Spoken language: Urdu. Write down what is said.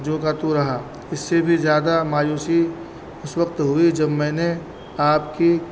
جوں کا توں رہا اس سے بھی زیادہ مایوسی اس وقت ہوئی جب میں نے آپ کی